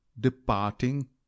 departing